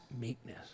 meekness